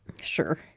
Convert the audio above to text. Sure